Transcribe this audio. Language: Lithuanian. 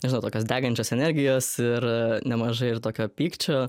nežinau tokios degančios energijos ir nemažai ir tokio pykčio